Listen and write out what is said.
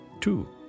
Two